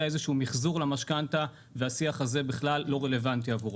איזה שהוא מחזור למשכנתא והשיח הזה בכלל לא רלוונטי עבורו.